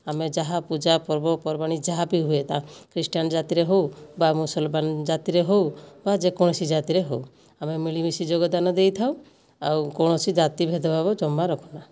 ଆମେ ଯାହା ପୂଜା ପର୍ବପର୍ବାଣି ଯାହା ବି ହୁଏ ତା' ଖ୍ରୀଷ୍ଟିଆନ୍ ଜାତିରେ ହେଉ ବା ମୁସଲମାନ ଜାତିରେ ହେଉ ବା ଯେକୌଣସି ଜାତିରେ ହେଉ ଆମେ ମିଳିମିଶି ଯୋଗଦାନ ଦେଇଥାଉ ଆଉ କୌଣସି ଜାତି ଭେଦ ଭାବ ଜମା ରଖୁନା